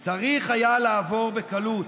צריך היה לעבור בקלות,